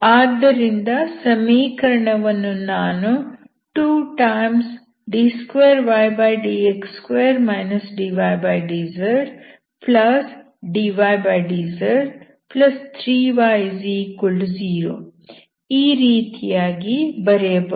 ಆದ್ದರಿಂದ ಸಮೀಕರಣವನ್ನು ನಾನು 2d2ydz2 dydzdydz3y0 ಈ ರೀತಿಯಾಗಿ ಬರೆಯಬಹುದು